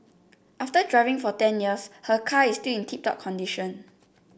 after driving for ten years her car is still in tip top condition